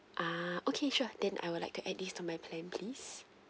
ah okay sure then I'd like to add this to my plan please